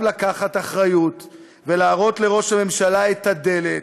לקחת אחריות ולהראות לראש הממשלה את הדלת,